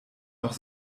noch